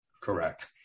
Correct